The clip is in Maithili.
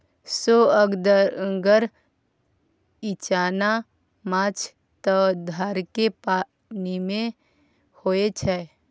सोअदगर इचना माछ त धारेक पानिमे होए छै